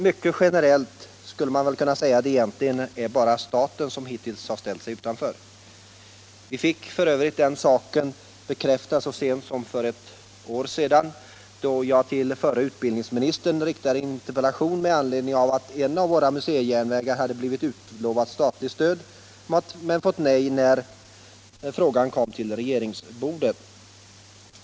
Mycket generellt skulle man kunna säga att det egentligen bara är staten som hittills har ställt sig utanför. Vi fick f.ö. den saken bekräftad så sent som för ett år sedan, då jag till förre utbildningsministern riktade en interpellation med anledning av att en av våra museijärnvägar hade blivit utlovad statligt stöd men fått nej när frågan kom till regeringsbordet.